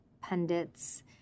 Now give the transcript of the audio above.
pundits—